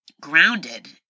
grounded